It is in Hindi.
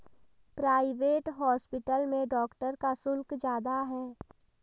प्राइवेट हॉस्पिटल में डॉक्टर का शुल्क ज्यादा है